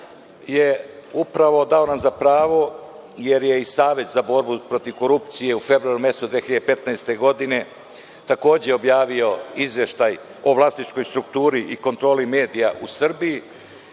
je upravo dalo nam za pravo, jer je i Savet za borbu protiv korupcije u februaru mesecu 2015. godine takođe objavio izveštaj o vlasničkoj strukturi i kontroli medija u Srbiji